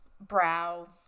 brow